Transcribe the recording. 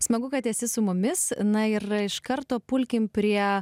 smagu kad esi su mumis na ir iš karto pulkim prie